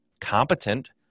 competent